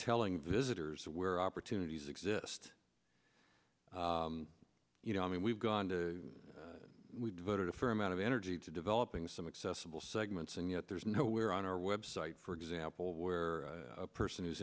telling visitors where opportunities exist you know i mean we've gone to we've devoted a fair amount of energy to developing some accessible segments and yet there's nowhere on our website for example where a person who's